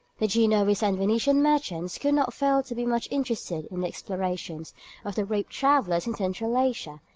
the genoese and venetian merchants could not fail to be much interested in the explorations of the brave travellers in central asia,